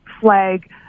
flag